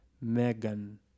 Megan